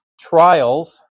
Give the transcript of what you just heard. trials